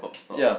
ya